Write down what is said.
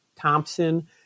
Thompson